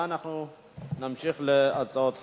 ואנחנו נמשיך להצעות חקיקה,